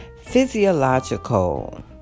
Physiological